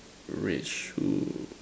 red shoe